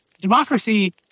democracy